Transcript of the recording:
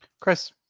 Chris